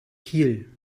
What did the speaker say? kiel